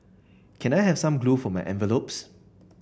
can I have some glue for my envelopes